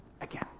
again